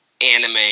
anime